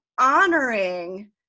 honoring